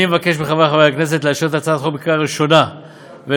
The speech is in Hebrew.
אני מבקש מחברי חברי הכנסת לאשר את הצעת החוק בקריאה ראשונה ולהעבירה